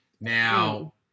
Now